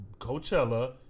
Coachella